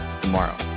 tomorrow